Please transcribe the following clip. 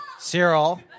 Cyril